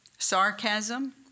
sarcasm